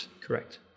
Correct